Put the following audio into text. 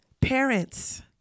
Parents